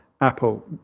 Apple